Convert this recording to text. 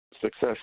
success